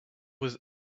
was